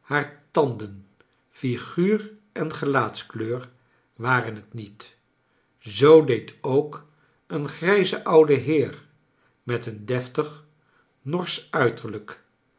haar tanden figuur en gelaatskleur waren het niet zoo deed ook een grijze oude heer met een deftig norsch uiterlijk